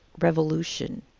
Revolution